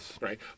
right